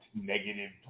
negative